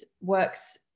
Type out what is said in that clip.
works